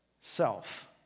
self